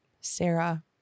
Sarah